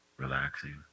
Relaxing